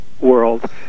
world